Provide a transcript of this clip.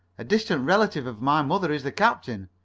a distant relative of my mother is the captain.